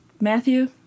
Matthew